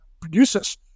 producers